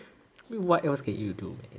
what else can you do